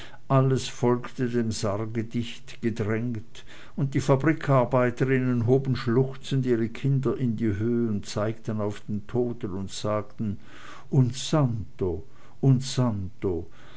alles folgte dem sarge dicht gedrängt und die fabrikarbeiterinnen hoben schluchzend ihre kinder in die höh und zeigten auf den toten und sagten un santo un santo